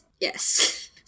yes